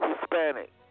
Hispanic